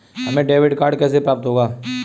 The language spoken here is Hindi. हमें डेबिट कार्ड कैसे प्राप्त होगा?